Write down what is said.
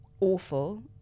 awful